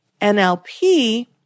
NLP